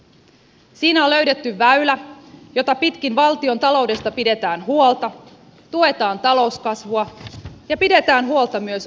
siinä on löydetty väylä jota pitkin valtiontaloudesta pidetään huolta tuetaan talouskasvua ja pidetään huolta myös oikeudenmukaisuudesta